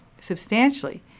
substantially